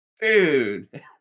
Dude